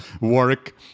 work